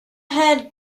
haired